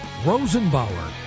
Rosenbauer